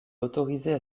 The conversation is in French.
autorisées